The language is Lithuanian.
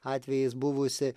atvejais buvusi